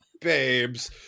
babes